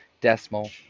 decimal